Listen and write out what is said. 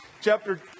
chapter